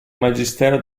magistero